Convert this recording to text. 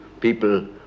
people